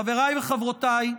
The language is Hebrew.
חבריי וחברותיי,